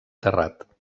terrat